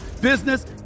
business